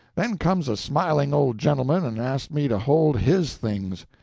then comes a smiling old gentleman and asked me to hold his things.